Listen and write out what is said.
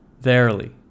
Verily